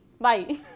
Bye